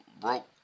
broke